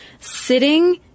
sitting